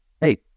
hey